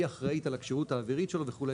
היא אחראית על הכשירות האווירית שלו וכו'.